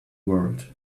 world